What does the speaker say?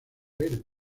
verde